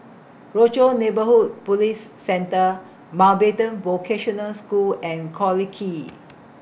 Rochor Neighborhood Police Centre Mountbatten Vocational School and Collyer Quay